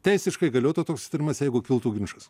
teisiškai galiotų toks susitarimas jeigu kiltų ginčas